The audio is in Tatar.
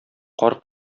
кар